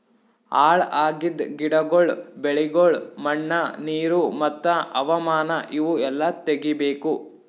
ಹಾಳ್ ಆಗಿದ್ ಗಿಡಗೊಳ್, ಬೆಳಿಗೊಳ್, ಮಣ್ಣ, ನೀರು ಮತ್ತ ಹವಾಮಾನ ಇವು ಎಲ್ಲಾ ತೆಗಿಬೇಕು